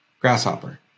grasshopper